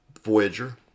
Voyager